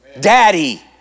Daddy